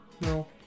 No